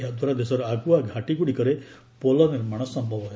ଏହା ଦ୍ୱାରା ଦେଶର ଆଗୁଆ ଘାଟିଗୁଡ଼ିକରେ ପୋଲ ନିର୍ମାଣ ସମ୍ଭବ ହେବ